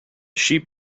sheep